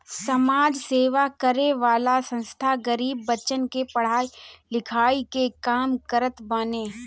समाज सेवा करे वाला संस्था गरीब बच्चन के पढ़ाई लिखाई के काम करत बाने